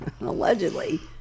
Allegedly